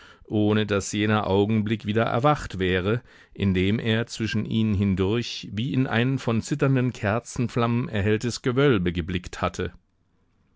ohne daß jener augenblick wieder erwacht wäre in dem er zwischen ihnen hindurch wie in ein von zitternden kerzenflammen erhelltes gewölbe geblickt hatte